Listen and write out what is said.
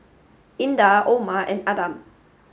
Indah Omar and Adam